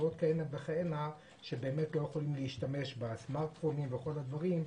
ואוכלוסיות נוספות שלא יכולות להשתמש בסמארטפונים ובכל הדברים.